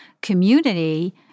community